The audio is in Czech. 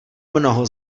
mnoho